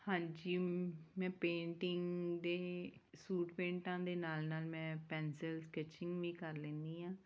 ਹਾਂਜੀ ਮੈਂ ਪੇਂਟਿੰਗ ਦੇ ਸੂਟ ਪੇਂਟਾਂ ਦੇ ਨਾਲ ਨਾਲ ਮੈਂ ਪੈਨਸਿਲ ਸਕੈਚਿੰਗ ਵੀ ਕਰ ਲੈਂਦੀ ਹਾਂ